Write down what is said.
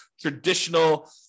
traditional